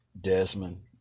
Desmond